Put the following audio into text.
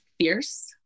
fierce